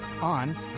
on